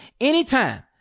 anytime